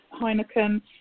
Heineken